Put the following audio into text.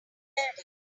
building